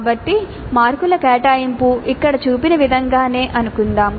కాబట్టి మార్కుల కేటాయింపు ఇక్కడ చూపిన విధంగానే అనుకుందాం